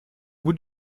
bout